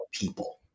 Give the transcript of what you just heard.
people